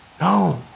No